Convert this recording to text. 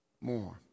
more